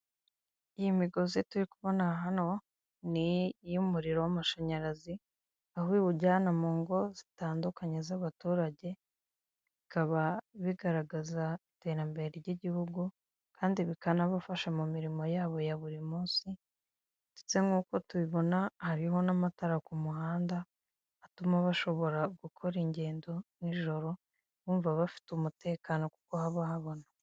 Iyi migozi turi kubona hano ni iy'umuriro w'amashanyarazi aho iwujyana mu ngo zitandukanye z'abaturage bikaba bigaragaza iterambere ry'igihugu kandi bikanabafasha mu mirimo yabo ya buri munsi ndetse nkuko tubibona hariho n'amatara ku muhanda atuma bashobora gukora ingendo n'ijoro bumva bafite umutekano kuko haba habona.